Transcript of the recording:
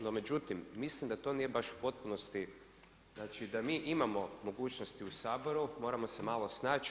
No međutim, mislim da to nije baš u potpunosti, znači da mi imamo mogućnosti u Saboru moramo se malo snaći.